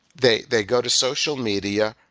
they they go to social media,